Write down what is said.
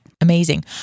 Amazing